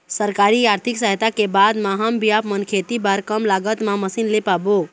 सरकारी आरथिक सहायता के बाद मा हम भी आपमन खेती बार कम लागत मा मशीन ले पाबो?